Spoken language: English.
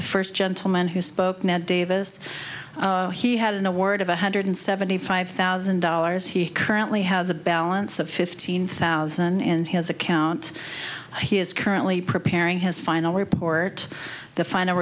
the first gentleman who spoke ned davis he had an award of a hundred the five thousand dollars he currently has a balance of fifteen thousand in his account he is currently preparing his final report the final